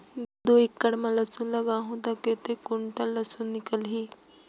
दो एकड़ मां लसुन लगाहूं ता कतेक कुंटल लसुन निकल ही?